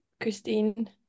Christine